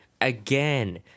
again